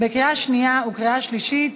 קריאה שנייה וקריאה שלישית.